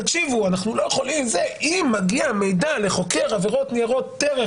אם מגיע מידע לחוקר עבירות ניירות ערך,